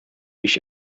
ich